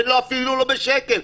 אפילו לא בשקל.